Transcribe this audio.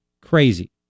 Crazy